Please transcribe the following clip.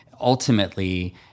Ultimately